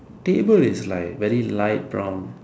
table is like very light brown